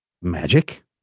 Magic